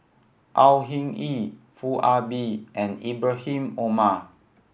Au Hing Yee Foo Ah Bee and Ibrahim Omar